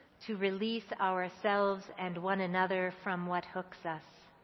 to release ourselves and one another from what hooks us.